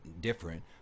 different